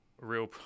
real